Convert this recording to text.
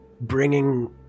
bringing